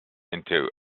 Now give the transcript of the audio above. into